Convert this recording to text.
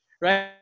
Right